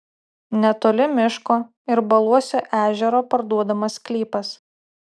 netoli miško ir baluosio ežero parduodamas sklypas